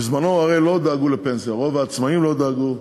בזמנם הרי לא דאגו לפנסיה, רוב העצמאים לא דאגו,